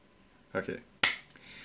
okay